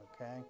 Okay